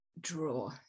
draw